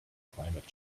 climate